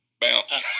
bounce